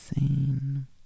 insane